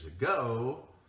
ago